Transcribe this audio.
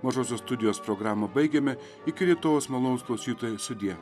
mažosios studijos programą baigiame iki rytojaus malonūs klausytojai sudie